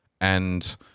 and-